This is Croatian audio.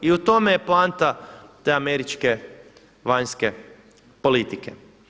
I u tome je poanta te američke vanjske politike.